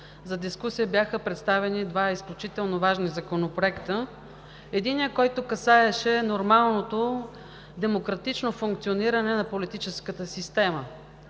за дискусия бяха представени два изключително важни законопроекта. В единия, който касаеше нормалното демократично функциониране на политическата система,